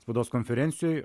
spaudos konferencijoj